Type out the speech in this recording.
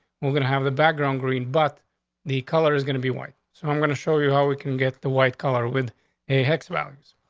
we're gonna have the background green. but the color is gonna be white. so i'm gonna show you how we can get the white color with a hex values.